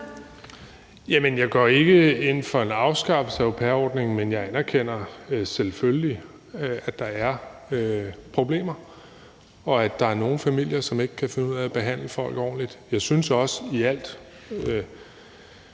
Jeg går ikke ind for en afskaffelse af au pair-ordningen, men jeg anerkender selvfølgelig, at der er problemer, og at der er nogle familier, som ikke kan finde ud af at behandle folk ordentligt. Jeg synes også i al